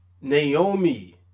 Naomi